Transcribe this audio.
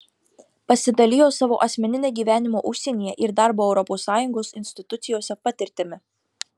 pasidalijo savo asmenine gyvenimo užsienyje ir darbo europos sąjungos institucijose patirtimi